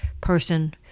person